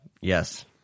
yes